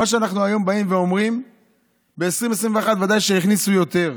היום אנחנו באים ואומרים שב-2021 ודאי הכניסו יותר,